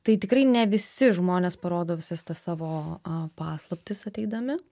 tai tikrai ne visi žmonės parodo visas tas savo paslaptis ateidami